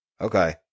okay